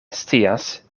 scias